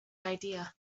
idea